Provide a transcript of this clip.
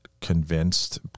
convinced